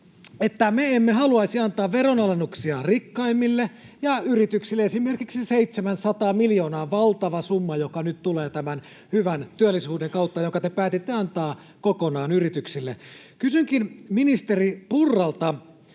että me emme haluaisi antaa veronalennuksia rikkaimmille ja yrityksille — esimerkiksi 700 miljoonaa, valtavaa summaa, joka nyt tulee tämän hyvän työllisyyden kautta, minkä te päätitte antaa kokonaan yrityksille. Kysynkin ministeri Purralta: